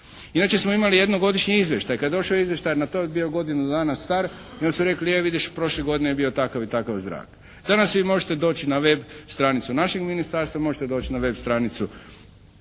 Inače smo imali jednogodišnji izvještaj. Kada je došao izvještaj na to je bio godinu dana star, onda su rekli e vidiš prošle godine je bio takav i takav zrak. Danas vi možete doći na web stranicu našeg ministarstva, možete doći na web stranicu